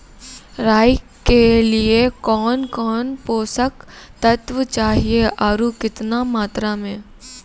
राई के लिए कौन कौन पोसक तत्व चाहिए आरु केतना मात्रा मे?